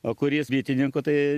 o kuris bitininku tai